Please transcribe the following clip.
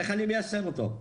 איך אני מיישם אותו?